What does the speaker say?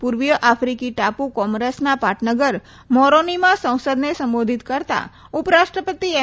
પૂર્વીય આફીકી ટાપુ કોમોરોસ ના પાટનગર મોરોનીમા સંસદને સંબોધિત કરતા ઉપરાષ્ટ્રપતિ એમ